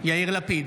נוכח יאיר לפיד,